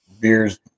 beers